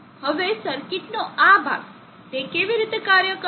હવે સર્કિટનો આ ભાગ તે કેવી રીતે કાર્ય કરશે